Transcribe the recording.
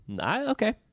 Okay